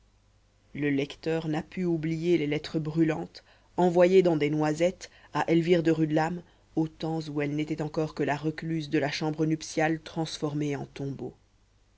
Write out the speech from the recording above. le lecteur n'a pu oublier les lettres brûlantes envoyées dans des noisettes à elvire de rudelame au temps où elle n'était encore que la recluse de la chambre nuptiale transformée en tombeau